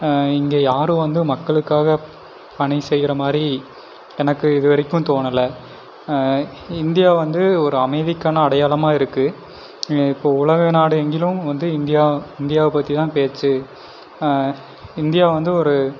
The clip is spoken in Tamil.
இங்கே யாரும் வந்து மக்களுக்காக பணி செய்கிற மாதிரி எனக்கு இது வரைக்கும் தோணலை இந்தியா வந்து ஒரு அமைதிக்கான அடையாளமாக இருக்குது இப்போது உலக நாடு எங்கிலும் வந்து இந்தியா இந்தியாவை பற்றி தான் பேச்சு இந்தியா வந்து ஒரு